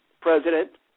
president